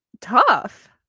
tough